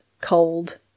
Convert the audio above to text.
cold